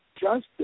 justice